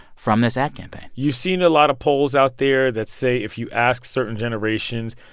from this ad campaign you've seen a lot of polls out there that say, if you ask certain generations,